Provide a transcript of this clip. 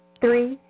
Three